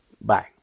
Bye